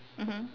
mmhmm